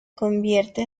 convierte